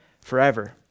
forever